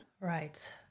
Right